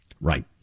Right